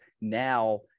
now